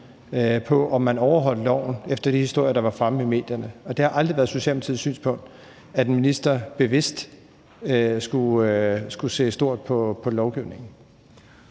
til om man overholdt loven, efter de historier, der var fremme i medierne. Og det har aldrig været Socialdemokratiets synspunkt, at en minister bevidst skulle se stort på lovgivningen.